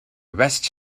rests